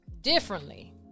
differently